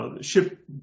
ship